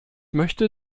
möchte